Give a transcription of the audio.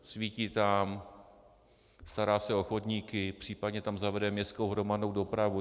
Svítí tam, stará se o chodníky, případně tam zavede městskou hromadnou dopravu.